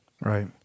Right